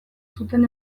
zuten